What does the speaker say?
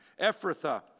Ephrathah